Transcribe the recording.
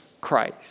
Christ